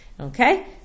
Okay